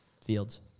Fields